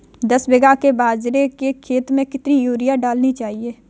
दस बीघा के बाजरे के खेत में कितनी यूरिया डालनी चाहिए?